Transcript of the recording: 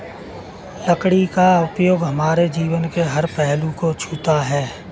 लकड़ी का उपयोग हमारे जीवन के हर पहलू को छूता है